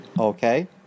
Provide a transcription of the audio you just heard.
Okay